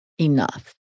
enough